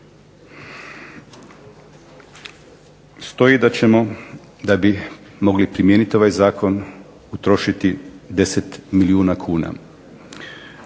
Stoji da bi mogli primijeniti ovaj zakon, utrošiti 10 milijuna kuna.